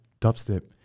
dubstep